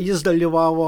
jis dalyvavo